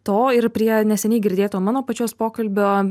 to ir prie neseniai girdėto mano pačios pokalbio